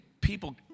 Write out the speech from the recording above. people